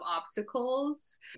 obstacles